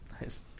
nice